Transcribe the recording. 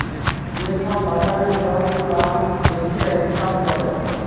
যে ছব বাজারের দর গুলা দ্যাইখে হিঁছাব ক্যরে